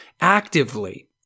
actively